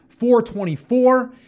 424